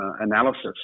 analysis